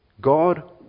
God